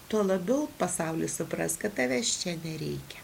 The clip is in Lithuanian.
tuo labiau pasaulis supras kad tavęs čia nereikia